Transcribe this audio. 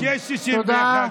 לציבור אזרחי מדינת ישראל,